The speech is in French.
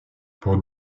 pour